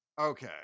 okay